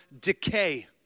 decay